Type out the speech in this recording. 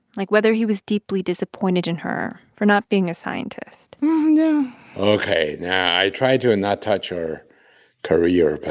like whether he was deeply disappointed in her for not being a scientist ok. now i try to and not touch her career,